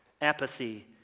apathy